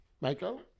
Michael